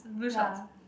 ya